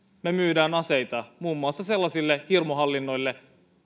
me myymme aseita muun muassa sellaisille hirmuhallinnoille